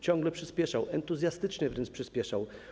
Ciągle przyspieszał, entuzjastycznie wręcz przyspieszał.